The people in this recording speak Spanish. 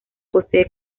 posee